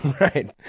Right